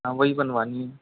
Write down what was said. हाँ वही बनवानी है